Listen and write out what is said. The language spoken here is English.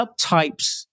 subtypes